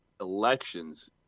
elections